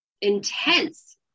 intense